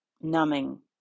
numbing